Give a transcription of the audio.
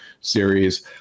series